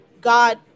God